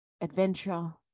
adventure